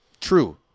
True